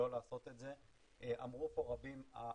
שרוצים למצות את הזכויות שלהם,